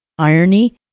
Irony